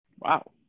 Wow